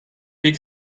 big